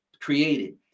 created